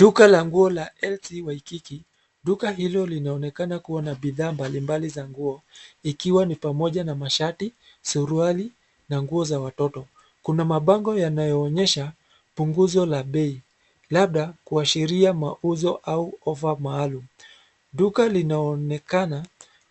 Duka la nguo la LC WAIKIKI .Duka hilo linaonekana kuwa na bidhaa mbali mbali za nguo, ikiwa ni pamoja na mashati , suruali na nguo za watoto. Kuna mabango yanayoonyesha punguzo la bei , labda kuashiria mauzo au ofa maalum. Duka linaonekana